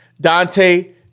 Dante